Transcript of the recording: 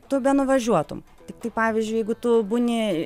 tu nuvažiuotum tiktai pavyzdžiui jeigu tu būni